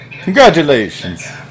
Congratulations